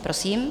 Prosím.